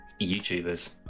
youtubers